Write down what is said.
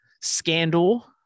scandal